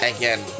Again